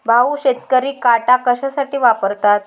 भाऊ, शेतकरी काटा कशासाठी वापरतात?